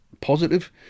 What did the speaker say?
positive